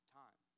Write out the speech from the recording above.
time